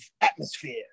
atmosphere